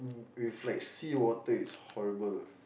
with like sea water it's horrible